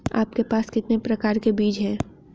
आपके पास कितने प्रकार के बीज हैं?